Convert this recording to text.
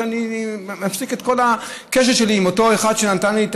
אני מפסיק את כל הקשר שלי עם אותו אחד שנתן לי את